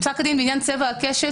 פסק הדין בעניין צבע הקשת,